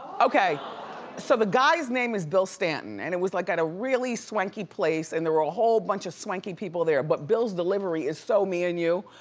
so the guy's name is bill stanton, and it was like at a really swanky place, and there were a whole bunch of swanky people there. but bill's delivery is so me and you.